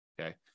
Okay